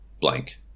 Blank